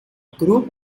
group